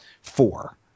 four